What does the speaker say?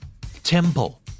Temple